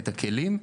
את הכלים.